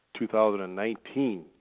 2019